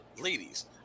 Ladies